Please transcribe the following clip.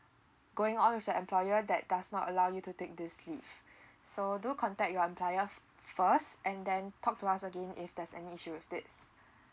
going on with the employer that does not allow you to take this leave so do contact your employer first and then talk to us again if there's any issue with this